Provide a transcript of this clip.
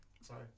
sorry